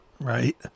Right